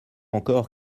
encore